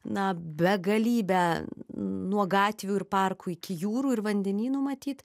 na begalybę nuo gatvių ir parkų iki jūrų ir vandenynų matyt